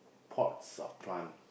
pots of plant